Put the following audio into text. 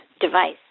device